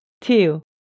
Two